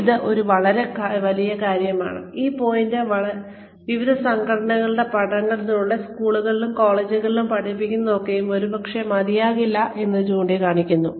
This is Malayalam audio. ഇത് ഒരു വലിയ കാര്യമാണ് ഈ പോയിന്റ് വിവിധ സംഘടനകളുടെ പഠനങ്ങളിലൂടെ സ്കൂളുകളിലും കോളേജുകളിലും പഠിപ്പിക്കുന്നതൊക്കെ ഒരുപക്ഷെ മതിയാകില്ല എന്ന് ചൂണ്ടികാണിക്കുന്നു